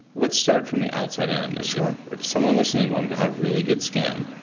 let's start from the outside in. if someone listening wanted to have really good skin,